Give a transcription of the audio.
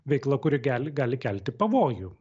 veikla kuri gali gali kelti pavojų